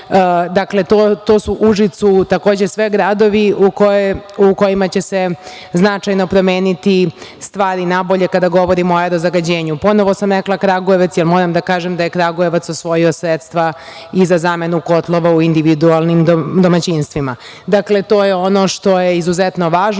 Prijepolju, Užicu. To su sve gradovi u kojima će se značajno promeniti stvari na bolje kada govorimo o aero-zagađenju. Ponovo sam rekla Kragujevac jer moram da kažem da je Kragujevac osvojio sredstva i za zamenu kotlova u individualnim domaćinstvima. Dakle, to je ono što je izuzetno važno.